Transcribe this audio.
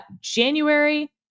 January